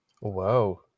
Wow